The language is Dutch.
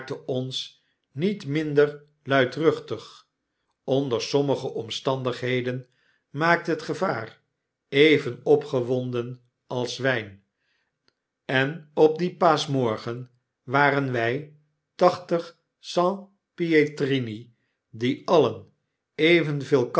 ons niet minder luidruchtig onder sommige omstandigheden maakt het gevaar even opgewonden als wyn en op dien paaschmorgen waren wy tachtig sanpietrini die alien evenveel